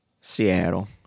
Seattle